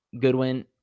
Goodwin